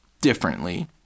differently